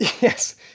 Yes